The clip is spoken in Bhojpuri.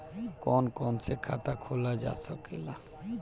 कौन कौन से खाता खोला जा सके ला?